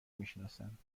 میشناسند